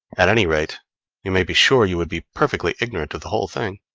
at any rate you may be sure you would be perfectly ignorant of the whole thing.